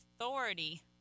authority